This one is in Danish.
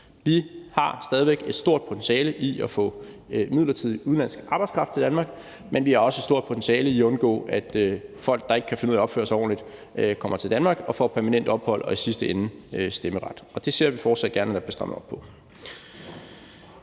Vi har stadig væk et stort potentiale i at få midlertidig udenlandsk arbejdskraft til Danmark, men vi har også et stort potentiale i at undgå, at folk, der ikke kan finde ud af at opføre sig ordentligt, kommer til Danmark og får permanent ophold – og i sidste ende stemmeret. Det ser vi fortsat gerne at der bliver strammet op på.